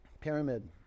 Pyramid